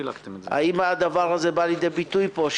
האם הדבר הזה בא לידי ביטוי פה,